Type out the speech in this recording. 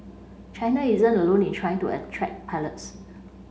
China isn't alone in trying to attract pilots